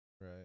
Right